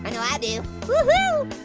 but know i do. woohoo.